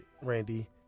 Randy